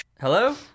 Hello